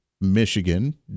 Michigan